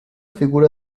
figura